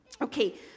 Okay